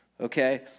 okay